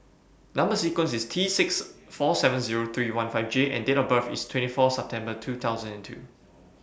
Number sequence IS T six four seven Zero three one five J and Date of birth IS twenty four September two thousand and two